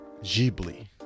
ghibli